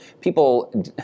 people